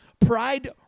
Pride